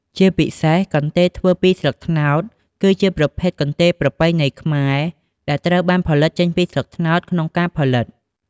ជាពិសេស កន្ទេលដែលធ្វើពីស្លឹកត្នោត គឺជាប្រភេទកន្ទេលប្រពៃណីខ្មែរ ដែលត្រូវបានផលិតចេញពីស្លឹកត្នោតក្នុងការផលិត។